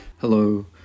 Hello